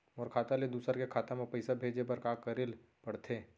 मोर खाता ले दूसर के खाता म पइसा भेजे बर का करेल पढ़थे?